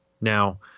Now